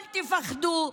אל תפחדו.